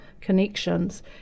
connections